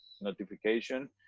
notification